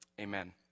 Amen